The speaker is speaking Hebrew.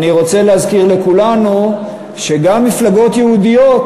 אני רוצה להזכיר לכולנו שגם מפלגות יהודיות,